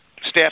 staff